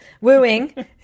wooing